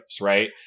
right